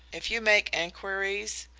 if you make enquiries,